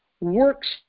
works